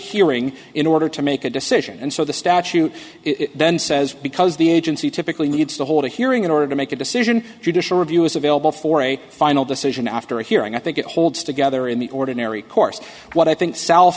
hearing in order to make a decision and so the statute then says because the agency typically needs to hold a hearing in order to make a decision judicial review is available for a final decision after a hearing i think it holds together in the ordinary course what i think s